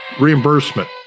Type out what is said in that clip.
reimbursement